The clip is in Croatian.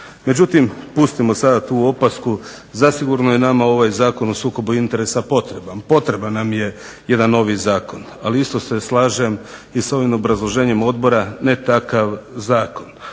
Međutim, pustimo sada tu opasku. Zasigurno je nama ovaj Zakon o sukobu interesa potreban. Potreban nam je jedan novi zakon. Ali isto se slažem i sa ovim obrazloženjem odbora ne takav zakon.